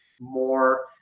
more